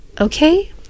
okay